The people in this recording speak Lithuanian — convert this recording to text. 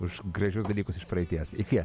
už gražius dalykus iš praeities iki